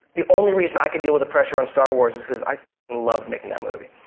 the only reason i could deal with the pressure on star wars is cause i love making that movie.